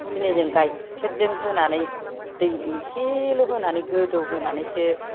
सिनिजों गाइखेरजों होनानै दै एसेल' होनानै गोदौहोनानैसो